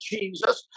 Jesus